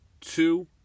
two